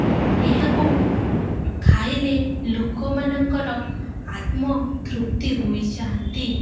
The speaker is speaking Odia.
ଏହାକୁ ଖାଇଲେ ଲୋକମାନଙ୍କର ଆତ୍ମତୃପ୍ତି ହୋଇଯାଆନ୍ତି